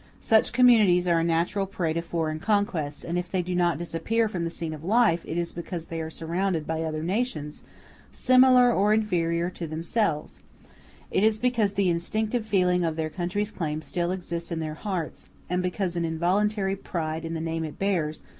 such communities are a natural prey to foreign conquests, and if they do not disappear from the scene of life, it is because they are surrounded by other nations similar or inferior to themselves it is because the instinctive feeling of their country's claims still exists in their hearts and because an involuntary pride in the name it bears,